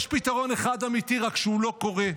יש פתרון אחד אמיתי, רק שהוא לא קורה.